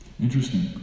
Interesting